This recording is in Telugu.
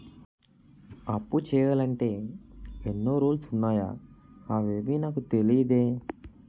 అప్పు చెయ్యాలంటే ఎన్నో రూల్స్ ఉన్నాయా అవేవీ నాకు తెలీదే